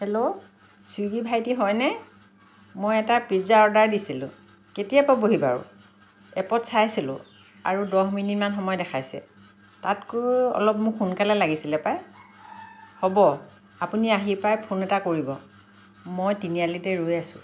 hello Swiggy ভাইটি হয়নে মই এটা পিজ্জা অৰ্ডাৰ দিছিলোঁ কেতিয়া পাবহি বাৰু এপত চাইছিলোঁ আৰু দহ মিনিটমান সময় দেখাইছে তাতকৈ অলপ মোক সোনকালে লাগিছিলে পায় হ'ব আপুনি আহি পাই ফোন এটা কৰিব মই তিনি আলিতে ৰৈ আছোঁ